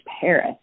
Paris